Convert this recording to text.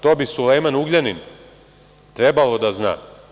To bi Sulejman Ugljanin trebalo da zna.